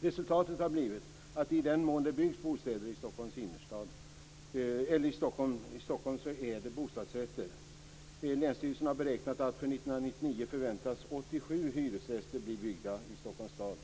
Resultatet har blivit att i den mån det byggs bostäder i Stockholm är det bostadsrätter. Länsstyrelsen har beräknat att för 1999 förväntas 87 hyresrätter bli byggda i Stockholms stad.